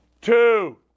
Two